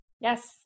Yes